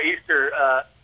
Easter